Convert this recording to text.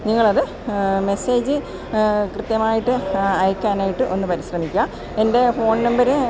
നിങ്ങളത് മെസ്സേജ് കൃത്യമായിട്ട് അയക്കാനായിട്ട് ഒന്ന് പരിശ്രമിക്കുക എൻ്റെ ഫോൺ നമ്പര്